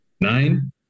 Nine